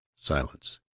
Silence